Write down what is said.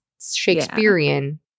Shakespearean